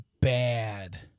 bad